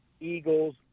Eagles